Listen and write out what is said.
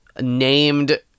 named